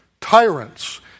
tyrants